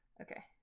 okay